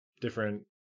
different